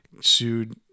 sued